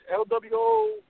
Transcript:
LWO